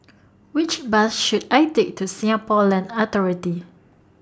Which Bus should I Take to Singapore Land Authority